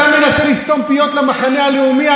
אתה מנסה לסתום פיות למחנה הלאומי.